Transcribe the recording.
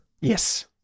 Yes